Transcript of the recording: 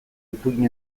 ipuin